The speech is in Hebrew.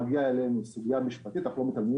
כשמגיעה אלינו סוגיה משפטית אנו לא מתעלמים